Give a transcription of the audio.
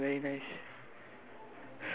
!huh! there are three ducks ah very nice